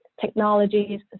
technologies